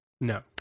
No